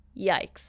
Yikes